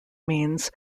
means